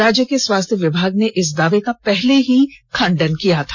राज्य के स्वास्थ्य विभाग ने इस दावे का पहले ही खंडन किया था